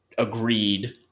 agreed